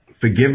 Forgive